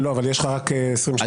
אבל יש לך רק 20 שניות.